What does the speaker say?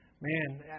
Man